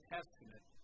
Testament